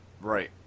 Right